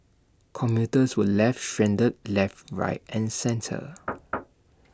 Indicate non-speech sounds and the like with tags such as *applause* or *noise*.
commuters were left stranded left right and centre *noise*